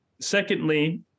Secondly